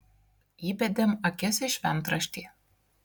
įbedėm akis į šventraštį